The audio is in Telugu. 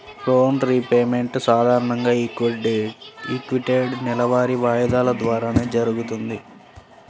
లోన్ రీపేమెంట్ సాధారణంగా ఈక్వేటెడ్ నెలవారీ వాయిదాల ద్వారానే జరుగుతది